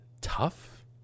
Tough